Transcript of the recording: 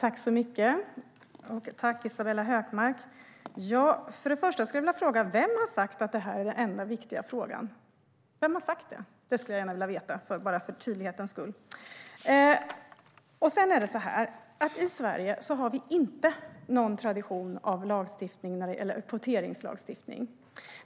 Fru ålderspresident! Vem har sagt att det här är den enda viktiga frågan? Vem har sagt det? Det skulle jag gärna vilja veta för tydlighetens skull. I Sverige finns inte någon tradition av kvoteringslagstiftning.